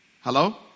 hello